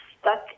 stuck